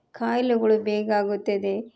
ಖಾಯ್ಲೆಗಳು ಬೇಗ ಆಗುತ್ತದೆ